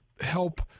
help